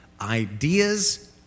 Ideas